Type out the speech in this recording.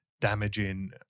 damaging